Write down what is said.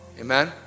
Amen